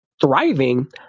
thriving